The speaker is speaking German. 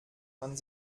man